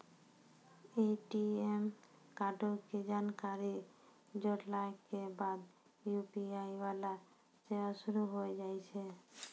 ATM कार्डो के जानकारी जोड़ला के बाद यू.पी.आई वाला सेवा शुरू होय जाय छै